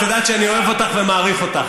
את יודעת שאני אוהב אותך ומעריך אותך.